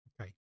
Okay